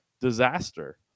disaster